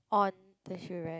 on the shoe rack